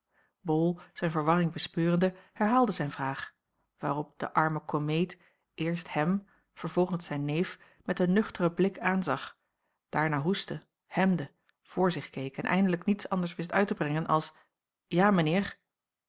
bol zijn verwarring bespeurende herhaalde zijn vraag waarop de arme komeet eerst hem vervolgens zijn neef met een nuchteren blik aanzag daarna hoestte hemde voor zich keek en eindelijk niets anders wist uit te brengen als ja